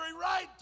right